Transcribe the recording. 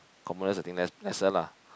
commoners I think less lesser lah